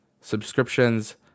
subscriptions